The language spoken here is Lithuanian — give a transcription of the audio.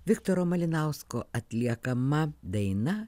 viktoro malinausko atliekama daina